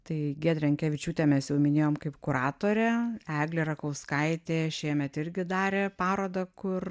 tai giedrę jankevičiūtę mes jau minėjom kaip kuratorę eglė rakauskaitė šiemet irgi darė parodą kur